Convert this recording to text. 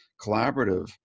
collaborative